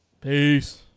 Peace